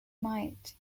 might